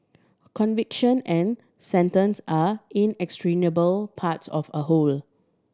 conviction and sentence are inextricable parts of a whole